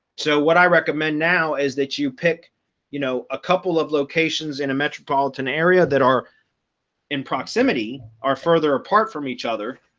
so what i recommend now is that you pick you know, a couple of locations in a metropolitan area that are in proximity are further apart from each other.